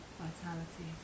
vitality